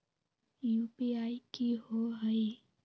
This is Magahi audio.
यू.पी.आई कि होअ हई?